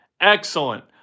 excellent